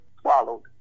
swallowed